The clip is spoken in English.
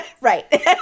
Right